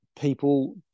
people